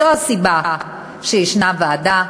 זו הסיבה שיש ועדה,